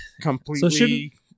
completely